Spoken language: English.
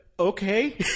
Okay